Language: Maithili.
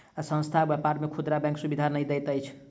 संस्थान आ व्यापार के खुदरा बैंक सुविधा नै दैत अछि